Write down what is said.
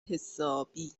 حسابی